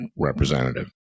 representative